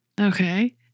Okay